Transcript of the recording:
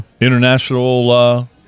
international